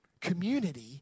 Community